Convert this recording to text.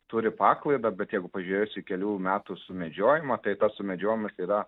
turi paklaidą bet jeigu pažiūrėsi kelių metų sumedžiojimą tai tas sumedžiojimas yra